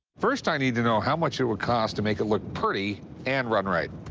first, i need to know how much it will cost to make it look pretty and run right.